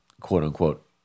quote-unquote